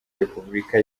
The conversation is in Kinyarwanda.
repubulika